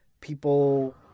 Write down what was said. people